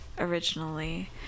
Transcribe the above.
originally